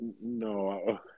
No